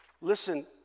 Listen